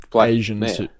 Asians